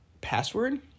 Password